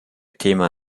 thema